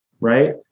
right